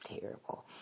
terrible